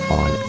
on